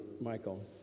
Michael